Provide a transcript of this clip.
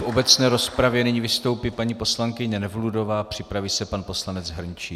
V obecné rozpravě nyní vystoupí paní poslankyně Nevludová, připraví se pan poslanec Hrnčíř.